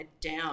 down